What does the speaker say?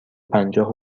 پنجاه